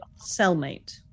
cellmate